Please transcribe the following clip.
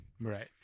Right